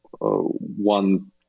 one